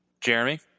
Jeremy